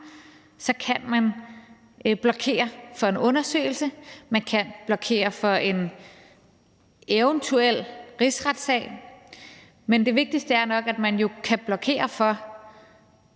kan man blokere for en undersøgelse, og man kan blokere for en eventuel rigsretssag, men vigtigere er det nok, at man kan blokere for,